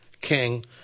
king